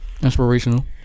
Inspirational